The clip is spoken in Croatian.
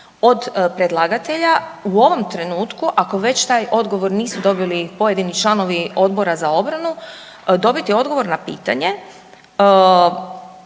od predlagatelja u ovom trenutku, ako već taj odgovor nisu dobili pojedini članovi Odbora za obranu, dobiti odgovor na pitanje